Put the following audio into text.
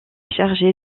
chargé